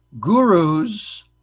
Gurus